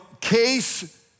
case